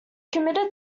committed